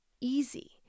easy